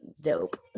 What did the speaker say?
dope